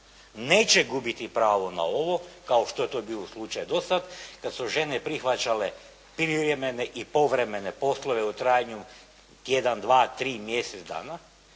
neće gubiti pravo na ovo kao što je to bio slučaj do sad kad su žene prihvaćale privremene i povremene poslove u trajanju tjedan, dva, tri, mjesec dana